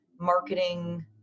marketing